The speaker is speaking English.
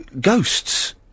ghosts